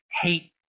hate